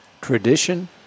tradition